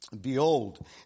Behold